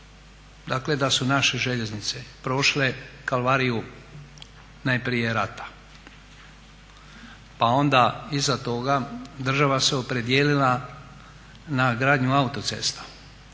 dakle da su naše željeznice prošle kalvariju najprije rata pa onda iza toga država se opredijelila na gradnju autocesta.